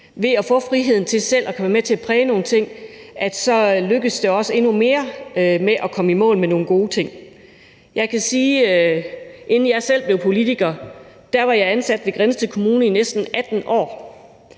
selv at være med til at præge nogle ting vil lykkes endnu mere med at komme i mål med nogle gode ting. Jeg kan sige, at inden jeg selv blev politiker, var jeg ansat ved Grindsted Kommune i næsten 18 år.